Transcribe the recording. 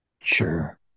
Sure